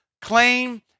claim